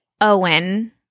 Owen